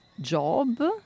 job